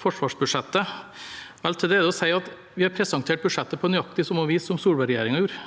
forsvarsbudsjettet. Til det er det å si at vi har presentert budsjettet på nøyaktig samme vis som Solberg-regjeringen gjorde.